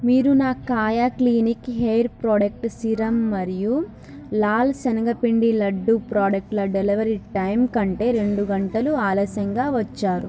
మీరు నా Kaya clinic hair product serum మరియు లాల్ శనగపిండి లడ్డూ ప్రోడక్టుల డెలివరీ టైం కంటే రెండు గంటలు ఆలస్యంగా వచ్చారు